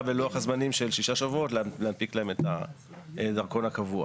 בלוח הזמנים של שישה שבועות להנפיק להם את הדרכון הקבוע.